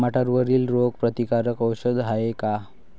टमाट्यावरील रोग प्रतीकारक औषध हाये का?